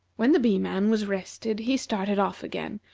when the bee-man was rested he started off again,